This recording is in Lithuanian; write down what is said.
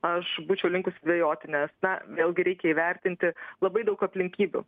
aš būčiau linkusi dvejoti nes na vėlgi reikia įvertinti labai daug aplinkybių